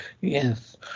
Yes